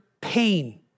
pain